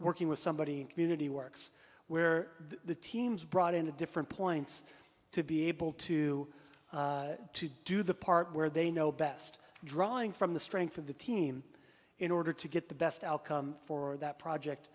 working with somebody in community works where the teams brought in a different points to be able to to do the part where they know best drawing from the strength of the team in order to get the best outcome for that project